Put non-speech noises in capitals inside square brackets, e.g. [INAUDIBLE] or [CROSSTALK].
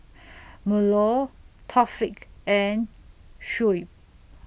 [NOISE] Melur Taufik and Shuib